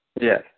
Yes